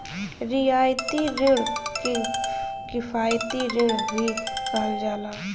रियायती रिण के किफायती रिण भी कहल जाला